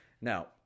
Now